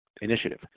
initiative